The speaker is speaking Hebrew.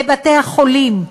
לבתי-החולים,